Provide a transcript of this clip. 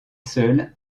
seul